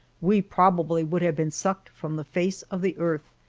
we probably would have been sucked from the face of the earth,